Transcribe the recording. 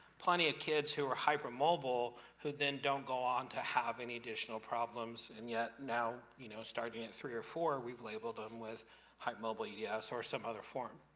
plenty of kids who are hypermobile, who then don't go on to have any additional problems, and yet now, you know, starting at three or four, we've labeled them with hypermobile eds, yeah or some other form.